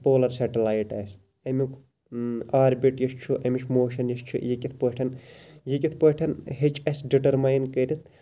polar satellite آسہِ امیُک orbit یُس چھُ ایٚمِچ موشَن یُس چھِ یہِ کِتھ پٲٹھۍ یہِ کِتھ پٲٹھۍ ہیٚچ اَسہِ ڈِٹَرمایِن کٔرِتھ